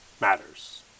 matters